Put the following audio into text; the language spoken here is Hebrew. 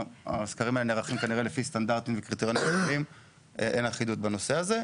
הסקרים נערכים לפי סטנדרטים וקריטריונים אחרים ואין אחידות בנושא הזה.